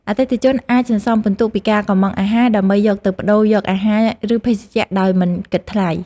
អតិថិជនអាចសន្សំពិន្ទុពីការកុម្ម៉ង់អាហារ ដើម្បីយកទៅប្តូរយកអាហារឬភេសជ្ជៈដោយមិនគិតថ្លៃ។